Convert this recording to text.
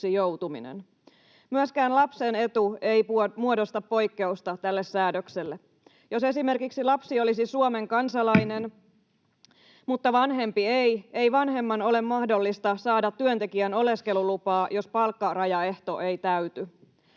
Myöskään lapsen etu ei muodosta poikkeusta tälle säädökselle. Jos esimerkiksi lapsi olisi Suomen kansalainen, mutta vanhempi ei, ei vanhemman ole mahdollista saada työntekijän oleskelulupaa, jos palkkarajaehto ei täyty.